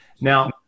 Now